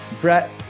Brett